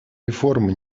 реформа